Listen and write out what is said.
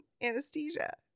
anesthesia